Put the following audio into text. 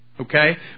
okay